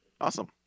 Awesome